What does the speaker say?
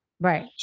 right